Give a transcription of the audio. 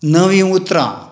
नवीं उतरां